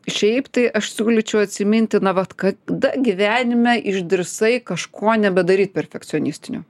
šiaip tai aš siūlyčiau atsiminti na vat kada gyvenime išdrįsai kažko nebedaryt perfekcionistinio